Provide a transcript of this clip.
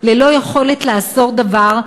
ללא יכולת לעשות דבר,